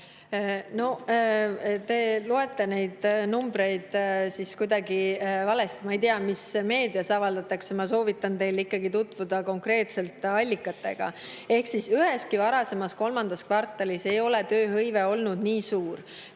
Te loete neid numbreid siis kuidagi valesti. Ma ei tea, mida meedias avaldatakse. Ma soovitan teil ikkagi tutvuda konkreetselt allikatega. Üheski varasemas kolmandas kvartalis ei ole tööhõive olnud nii suur.